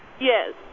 Yes